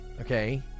okay